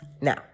Now